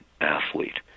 athlete